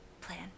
Plan